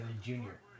Junior